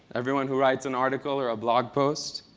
everyone who writes an article or a blog post.